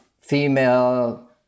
female